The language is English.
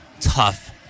tough